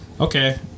Okay